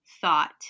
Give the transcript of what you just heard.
thought